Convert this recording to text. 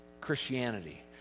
Christianity